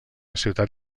ciutat